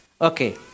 Okay